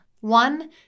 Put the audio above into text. One